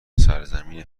سرزمین